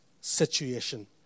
situation